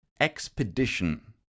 expedition